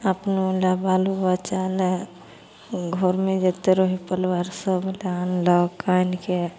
अपनोलए बालो बच्चालए घरमे जतेक रहै पलिबार सभलए आनलक आनिके